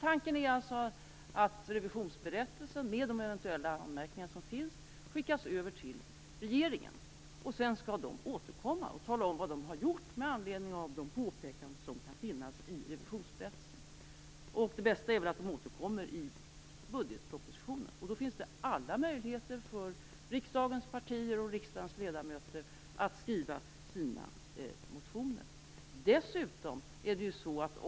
Tanken är att revisionsberättelsen, med de eventuella anmärkningar som finns, skickas ut till regeringen. Sedan skall regeringen återkomma och tala om vad den har gjort med anledning av de påpekanden som kan finnas i revisionsberättelsen. Det bästa är väl att man återkommer i budgetpropositionen. Då finns det alla möjligheter för riksdagens partier och riksdagens ledamöter att skriva sina motioner.